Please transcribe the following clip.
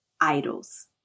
idols